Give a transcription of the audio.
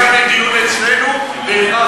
היה בדיון אצלנו והעברתם את זה.